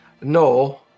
No